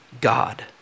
God